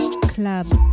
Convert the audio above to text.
Club